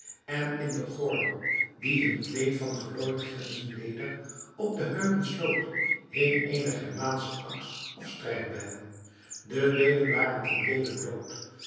en in den gordel die hun kleed van gelooid gemzenleder om de heupen sloot hing eene germaansche aks of strijdbijl de beenen waren tendeele bloot